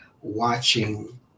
watching